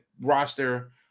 roster